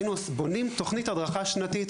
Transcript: היינו בונים תוכנית הדרכה שנתית.